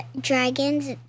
dragons